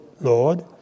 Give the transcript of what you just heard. Lord